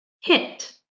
hit